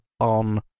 on